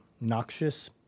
noxious